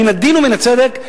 מן הדין ומן הצדק,